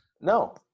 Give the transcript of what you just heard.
No